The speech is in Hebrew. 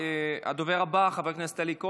הדובר הבא, חבר הכנסת אלי כהן,